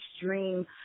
extreme